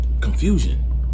Confusion